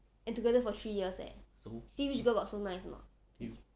and together for three years eh see which girl got so nice or not